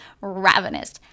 ravenous